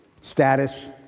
status